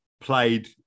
played